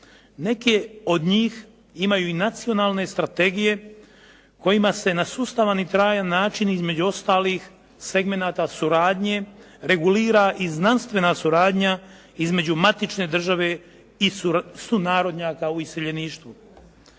Neke od njih imaju i nacionalne strategije kojima se na sustavan i trajan način između ostalih segmenata suradnje regulira i znanstvena suradnja između matične države i sunarodnjaka u iseljeništvu.